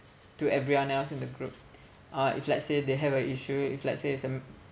to everyone else in the group uh if let's say they have a issue if let's say it's a